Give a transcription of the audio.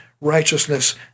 righteousness